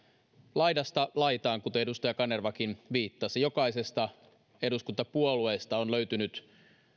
laidasta laitaan kuten edustaja kanervakin viittasi jokaisesta eduskuntapuolueesta on löytynyt